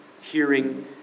hearing